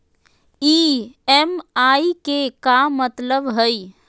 EMI के का मतलब हई?